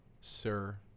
Sir